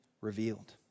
revealed